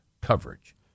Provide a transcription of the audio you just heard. coverage